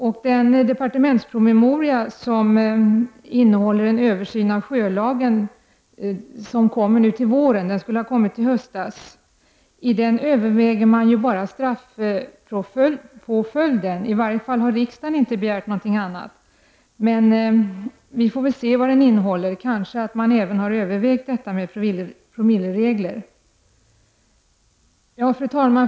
I den departementspromemoria som innehåller en översyn av sjölagen som kommer nu till våren — den skulle ha kommit i höstas — övervägs bara straffpåföljder. Riksdagen har i varje fall inte begärt något annat. Vi får väl se vad den innehåller. Förhoppningsvis har man övervägt även detta med promilleregler. Fru talman!